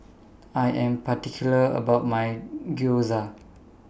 I Am particular about My Gyoza